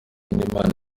imana